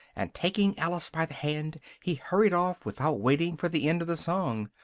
and, taking alice by the hand, he hurried off, without waiting for the end of the song.